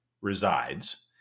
resides